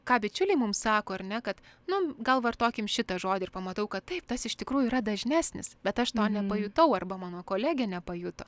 ką bičiuliai mums sako ar ne kad nu gal vartokim šitą žodį ir pamatau kad taip tas iš tikrųjų yra dažnesnis bet aš to nepajutau arba mano kolegė nepajuto